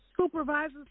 supervisors